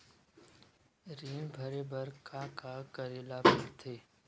ऋण भरे बर का का करे ला परथे?